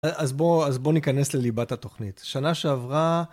אז בואו ניכנס לליבת התוכנית. שנה שעברה...